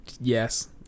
Yes